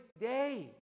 day